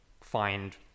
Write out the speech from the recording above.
find